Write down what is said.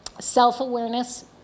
Self-awareness